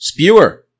Spewer